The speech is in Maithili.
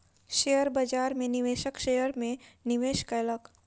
शेयर बाजार में निवेशक शेयर में निवेश कयलक